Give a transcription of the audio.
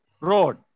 Road